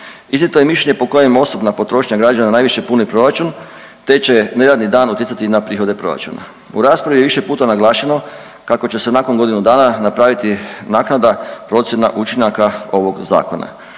Iznijeto je mišljenje po kojem osobna potrošnja građana najviše puni proračun te će neradni dan utjecati na prihode proračuna. U raspravi je više puta naglašeno kako će se nakon godinu dana napraviti naknadna procjena učinaka ovog zakona.